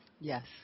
Yes